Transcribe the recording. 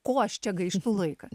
ko aš čia gaištu laiką